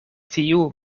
tiu